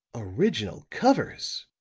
original covers!